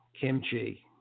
kimchi